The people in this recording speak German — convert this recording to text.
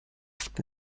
oft